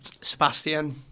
Sebastian